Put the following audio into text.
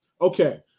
okay